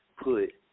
put